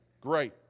great